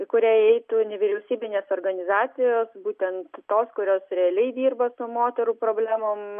į kurią įeitų nevyriausybinės organizacijos būtent tos kurios realiai dirba su moterų problemom